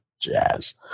jazz